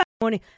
morning